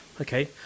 okay